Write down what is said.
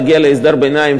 נגיע להסדר ביניים,